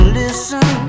listen